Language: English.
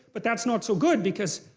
but that's not so good because,